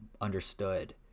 understood